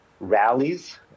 Rallies